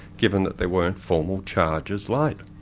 given that there weren't formal charges laid.